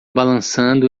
balançando